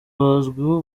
bazwiho